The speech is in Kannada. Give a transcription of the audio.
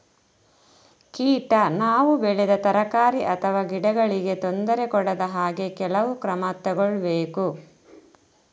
ಕೀಟ ನಾವು ಬೆಳೆದ ತರಕಾರಿ ಅಥವಾ ಗಿಡಗಳಿಗೆ ತೊಂದರೆ ಕೊಡದ ಹಾಗೆ ಕೆಲವು ಕ್ರಮ ತಗೊಳ್ಬೇಕು